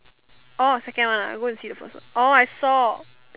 orh second one ah I go and see the first one orh I saw